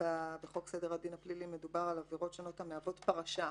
בחוק סדר הדין הפלילי מדובר על עבירות שמהוות פרשה אחת.